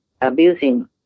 abusing